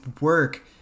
work